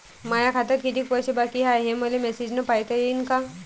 माया खात्यात कितीक पैसे बाकी हाय, हे मले मॅसेजन पायता येईन का?